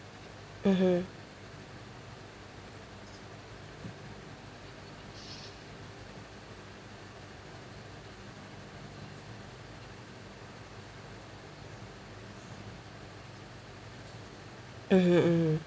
mmhmm mmhmm mmhmm